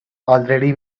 already